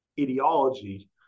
ideology